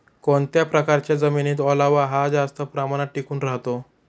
कोणत्या प्रकारच्या जमिनीत ओलावा हा जास्त प्रमाणात टिकून राहतो?